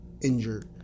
injured